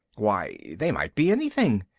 why, they might be anything.